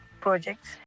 projects